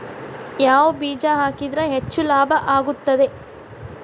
ಯಾವ ಬೇಜ ಹಾಕಿದ್ರ ಹೆಚ್ಚ ಲಾಭ ಆಗುತ್ತದೆ?